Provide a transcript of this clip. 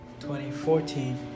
2014